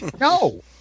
No